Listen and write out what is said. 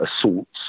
assaults